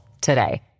today